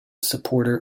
supporter